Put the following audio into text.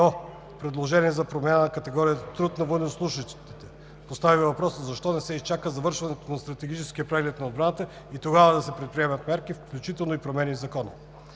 предложения за промяна на категорията труд на военнослужещите. Постави въпроса: защо не се изчака завършването на Стратегическия преглед на отбраната и тогава да се приемат мерки, включително и промени в Закона?